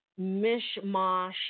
mishmash